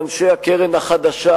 מאנשי הקרן החדשה,